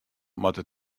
moatte